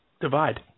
Divide